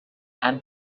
and